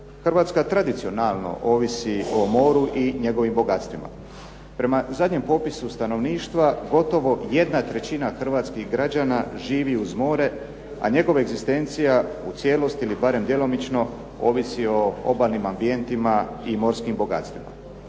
Hrvatska tradicionalno ovisi o moru i njegovim bogatstvima. Prema zadnjem popisu stanovništva gotovo 1/3 Hrvatskih građana živi uz more, a njegova egzistencija u cijelosti ili barem djelomično ovisi o obalnim ambijentima i morskim bogatstvima.